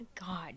God